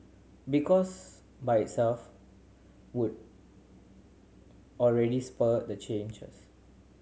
because by itself would already spur the changes